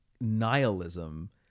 nihilism